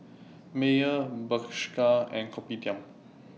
Mayer Bershka and Kopitiam